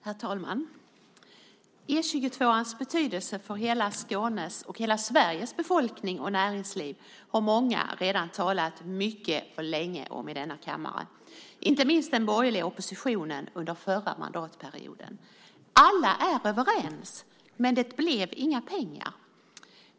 Herr talman! E 22:ans betydelse för hela Skånes och hela Sveriges befolkning och näringsliv har många talat mycket och länge om i denna kammare, inte minst den borgerliga oppositionen under förra mandatperioden. Alla är överens - men det blev inga pengar.